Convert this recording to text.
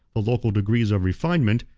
the local degrees of refinement,